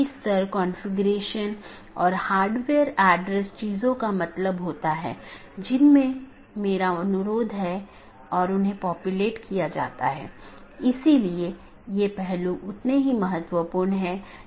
धीरे धीरे हम अन्य परतों को देखेंगे जैसे कि हम ऊपर से नीचे का दृष्टिकोण का अनुसरण कर रहे हैं